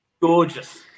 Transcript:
Gorgeous